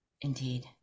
Indeed